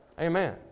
Amen